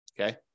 Okay